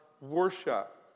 worship